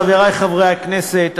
חברי חברי הכנסת,